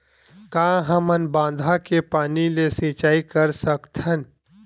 का हमन बांधा के पानी ले सिंचाई कर सकथन?